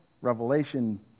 Revelation